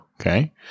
Okay